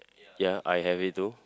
ya I have it too